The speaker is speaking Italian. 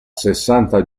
sessanta